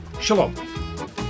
Shalom